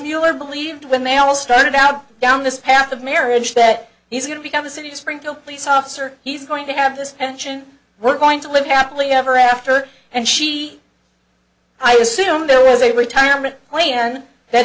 mueller believed when they all started out down this path of marriage that he's going to become a city springfield police officer he's going to have this pension we're going to live happily ever after and she i assume there was a retirement plan that